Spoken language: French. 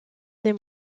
des